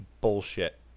Bullshit